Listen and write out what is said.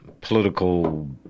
political